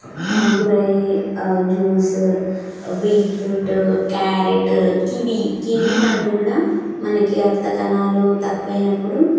గురయ్యే juice beetroot carrot kiwi kiwi పండు కూడా మనకి రక్త కణాలు తక్కువ అయినప్పుడు